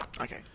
Okay